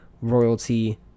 royalty